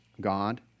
God